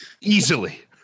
easily